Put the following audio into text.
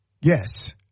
Yes